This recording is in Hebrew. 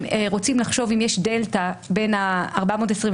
הם רוצים לחשוב אם יש דלתא בין 428,